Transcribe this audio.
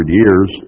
years